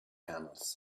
camels